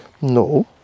No